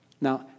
Now